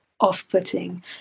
off-putting